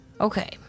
Okay